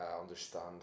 understand